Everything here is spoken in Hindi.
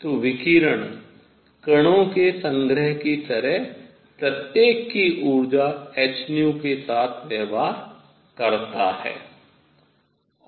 तो विकिरण कणों के संग्रह की तरह प्रत्येक की ऊर्जा hν के साथ व्यवहार करता है